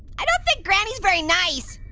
i don't think granny's very nice!